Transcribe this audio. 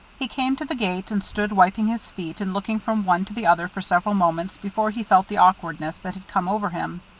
he came to the gate and stood wiping his feet and looking from one to the other for several moments before he felt the awkwardness that had come over him.